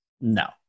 No